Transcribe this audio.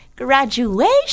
graduation